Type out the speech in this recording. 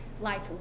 Life